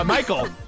Michael